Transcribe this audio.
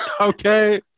Okay